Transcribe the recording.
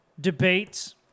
debates